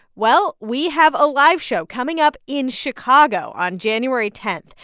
well, we have a live show coming up in chicago on january ten,